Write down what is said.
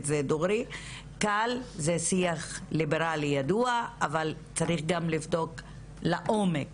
זה שיח ליברלי ידוע אבל צריך גם לבדוק לעומק